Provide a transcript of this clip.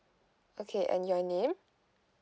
okay and your name